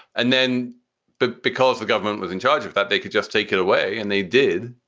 and then but because the government was in charge of that, they could just take it away. and they did.